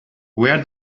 where